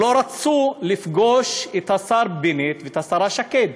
לא רצו לפגוש את השר בנט ואת השרה שקד